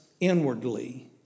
inwardly